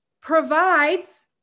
provides